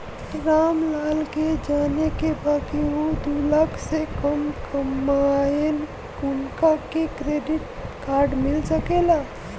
राम लाल के जाने के बा की ऊ दूलाख से कम कमायेन उनका के क्रेडिट कार्ड मिल सके ला?